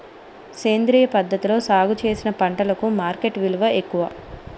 సేంద్రియ పద్ధతిలో సాగు చేసిన పంటలకు మార్కెట్ విలువ ఎక్కువ